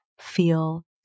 feel